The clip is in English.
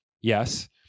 Yes